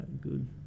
good